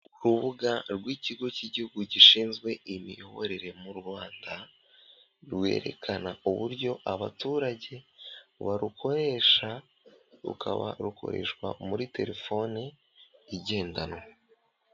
Urubuga rw'ikigo cy'igihugu gishinzwe imiyoborere mu Rwanda. Rwerekana uburyo abaturage barukoresha, rukaba rukoreshwa muri telefoni igendanwa.